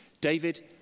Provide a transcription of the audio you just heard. David